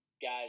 Guys